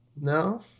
No